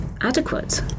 adequate